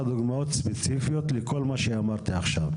דוגמאות ספציפיות לכל מה שאמרתי עכשיו.